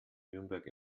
nürnberg